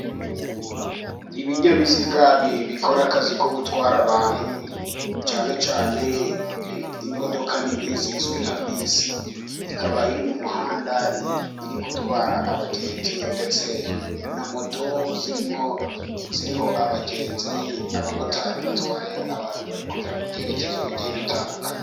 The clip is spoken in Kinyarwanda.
Ibinyabiziga bikora akazi ko gutwara abantu cyane cyane imodoka nini zizwi nka bisi, ikaba iri mu muhanda iri gutwara abagenzi, ndetse na moto zirimo, ziriho abagenzi abamotari batwaye abantu bari kujya mu byerekezo bigiye bitandukanye.